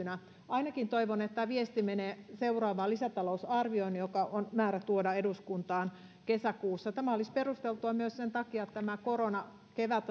ensi syksynä ainakin toivon että tämä viesti menee seuraavaan lisätalousarvioon joka on määrä tuoda eduskuntaan kesäkuussa tämä olisi perusteltua myös sen takia että tämä koronakevät